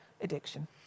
addiction